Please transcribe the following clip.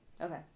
Okay